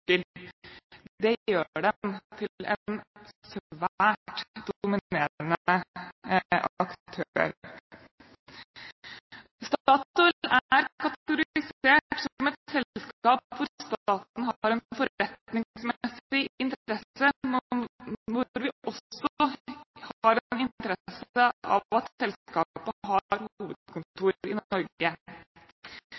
Det gjør dem til en svært dominerende aktør. Statoil er kategorisert som et selskap hvor staten har en forretningsmessig interesse. Vi har også interesse av at selskapet har